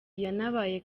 yanabaye